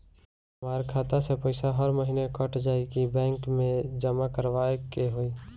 हमार खाता से पैसा हर महीना कट जायी की बैंक मे जमा करवाए के होई?